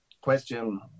question